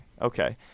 Okay